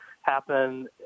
happen